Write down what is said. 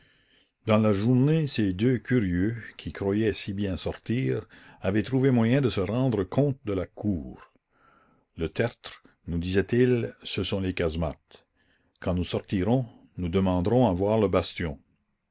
dans la journée ces deux curieux qui croyaient si bien sortir avaient trouvé moyen de se rendre compte de la cour le tertre nous disaient-ils ce sont les casemates quand nous sortirons nous demanderons à voir le bastion